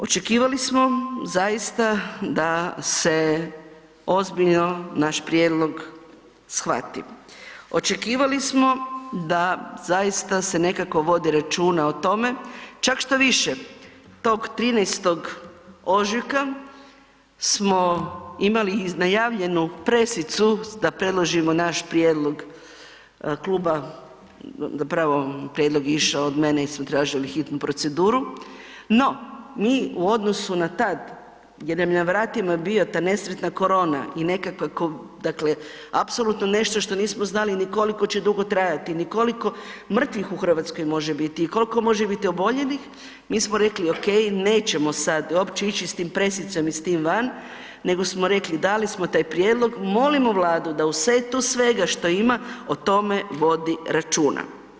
Očekivali smo zaista da se ozbiljno naš prijedlog shvati, očekivali smo da zaista se nekako vodi računa o tome, čak štoviše tog 13.ožujka smo imali najavljenu pressicu da predložimo naš prijedlog zapravo prijedlog je išao od mene jer smo tražili hitnu proceduru, no mi u odnosu na tad jer nam je na vratima bila ta nesretna korona i nekako apsolutno nešto što nismo znali ni koliko će dugo trajati, ni koliko mrtvih u Hrvatskoj može biti i koliko može biti oboljelih, mi smo rekli ok, nećemo sada uopće ići s tom pressicom i s tim van nego smo rekli dali smo taj prijedlog molimo Vladu da u setu svega što ima o tome vodi računa.